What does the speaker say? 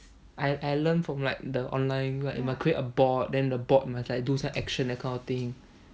I I learn from like the online like I create a bot and then the bot must like do some action that kind of thing